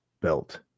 belt